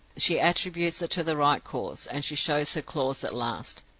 she attributes it to the right cause, and she shows her claws at last.